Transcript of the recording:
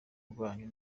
rwanyu